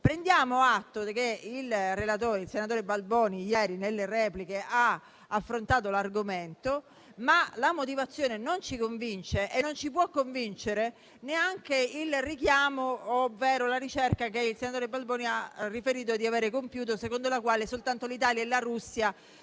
Prendiamo atto che il relatore, senatore Balboni, ieri nelle repliche ha affrontato l'argomento, ma la motivazione non ci convince. E non ci può convincere neanche il richiamo ovvero la ricerca che il senatore Balboni ha riferito di avere compiuto, secondo la quale soltanto l'Italia e la Russia